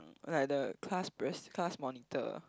like the class pres class monitor